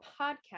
podcast